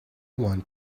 want